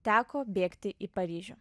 teko bėgti į paryžių